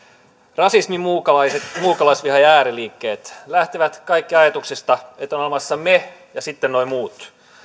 rasismi muukalaisviha ja ääriliikkeet lähtevät kaikki ajatuksesta että on olemassa me ja sitten nuo muut